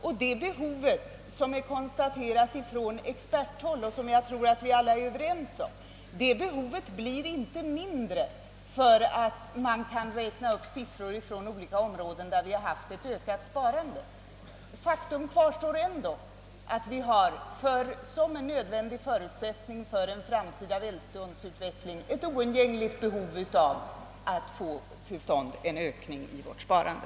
Och det behovet, som är konstaterat av experter och som alla är överens om, blir ju inte mindre därför att man kan räkna upp siffror från olika områden där sparandet har ökat. Faktum kvarstår ändå, att en nödvändig förutsättning för en framtida välståndsutveckling är att få till stånd en ökning i vårt sparande.